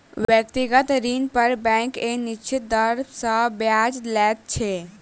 व्यक्तिगत ऋण पर बैंक एक निश्चित दर सॅ ब्याज लैत छै